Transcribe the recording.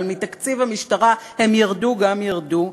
אבל מתקציב המשטרה הם ירדו גם ירדו,